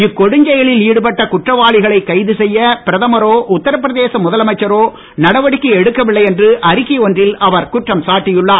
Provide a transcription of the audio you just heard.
இக்கொடுஞ்செயலில் ஈடுபட்ட குற்றவாளிகளை கைது செய்ய பிரதமரோ உத்தரபிரதேச முதலமைச்சரோ நடவடிக்கை எடுக்கவில்லை என்று அறிக்கை ஒன்றில் அவர் குற்றம் சாட்டியுள்ளார்